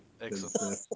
Excellent